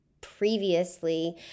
previously